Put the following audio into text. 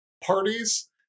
parties